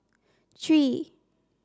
three